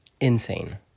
Insane